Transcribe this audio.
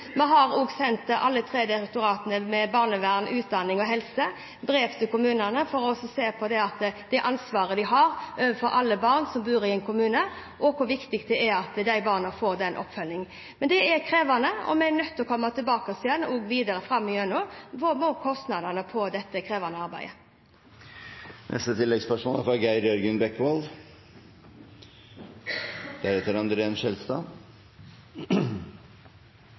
Alle tre direktoratene, barnevern, utdanning og helse, har sendt brev til kommunene om å se på det ansvaret de har overfor alle barn som bor i en kommune, og hvor viktig det er at barna får oppfølging. Men det er krevende, og vi er også nødt til videre framover å komme tilbake igjen med hensyn til kostnadene for dette krevende arbeidet. Geir Jørgen Bekkevold – til oppfølgingsspørsmål. Det er